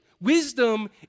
Wisdom